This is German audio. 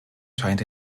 scheint